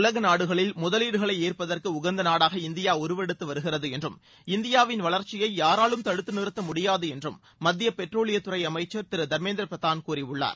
உலக நாடுகளில் முதலீடுகளை ஈர்ப்பதற்கு உகந்த நாடாக இந்தியா உருவெடுத்து வருகிறது என்றம் இந்தியாவின் வளர்ச்சியை யாராலும் தடுத்து நிறத்தமுடியாது என்றம் மத்திய பெட்ரோலியத்துறை அமைச்சர் திரு தர்மேந்திர பிரதான் கூறியுள்ளார்